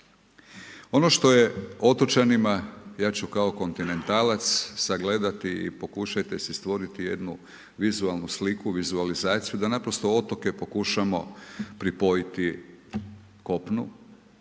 Ono što je otočanima, ja ću kao kontinentalac sagledati i pokušajte si stvoriti jednu vizualnu sliku, vizualizaciju da naprosto otoke pokušamo pripojiti kopnu,